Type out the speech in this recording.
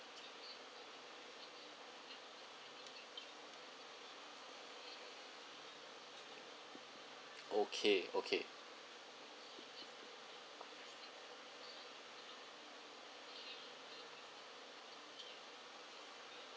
okay okay